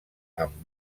amb